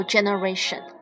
Generation 。